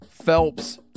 Phelps